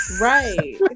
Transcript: right